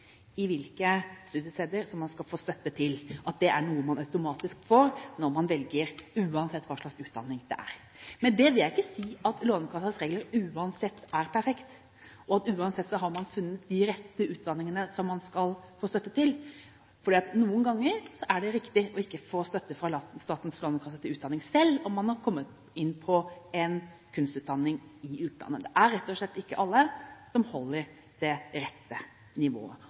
i hvilke studiesteder man skal få støtte til, og at det er noe man automatisk får når man velger, uansett hva slags utdanning det er. Med det vil jeg ikke si at Lånekassens regler uansett er perfekt, og at uansett har man funnet de rette utdanningene som man skal få støtte til, for noen ganger er det ikke riktig å få støtte fra Statens lånekasse til utdanning selv om man har kommet inn på en kunstutdanning i utlandet. Det er rett og slett ikke alle som holder det rette nivået.